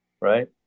right